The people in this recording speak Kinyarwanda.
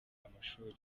amashuri